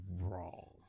wrong